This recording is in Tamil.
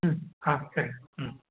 ம் ஆ சரிங்கண்ணா ம்